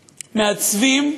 מעצבים,